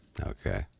okay